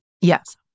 yes